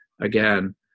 again